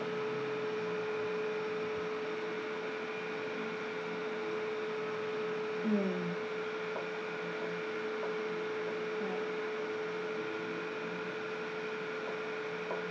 mm yeah